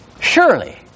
Surely